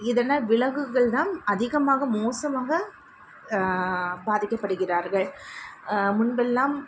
இதனால் விலங்குகள் தாம் அதிகமாக மோசமாக பாதிக்கப்படுகிறார்கள் முன்பெல்லாம்